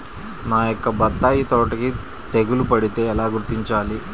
నా యొక్క బత్తాయి తోటకి తెగులు పడితే ఎలా గుర్తించాలి?